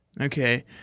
Okay